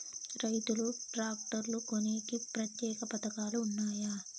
రైతులు ట్రాక్టర్లు కొనేకి ప్రత్యేక పథకాలు ఉన్నాయా?